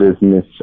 business